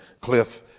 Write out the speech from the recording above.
Cliff